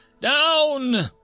Down